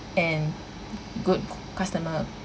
and good customer